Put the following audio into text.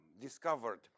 discovered